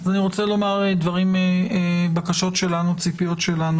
אני רוצה לומר דברים, הבקשות שלנו, ציפיות שלנו.